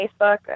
Facebook